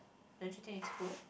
don't you think it's cool